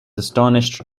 astonished